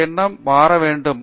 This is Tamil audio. இந்த எண்ணம் மாற வேண்டும்